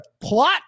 plot